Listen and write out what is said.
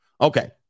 Okay